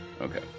Okay